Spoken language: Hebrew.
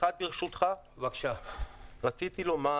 רציתי לומר